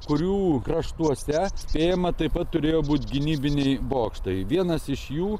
kurių kraštuose spėjama taip pat turėjo būt gynybiniai bokštai vienas iš jų